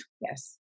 Yes